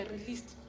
released